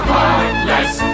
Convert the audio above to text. Heartless